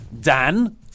Dan